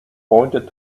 pointed